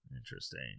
Interesting